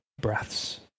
breaths